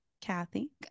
Kathy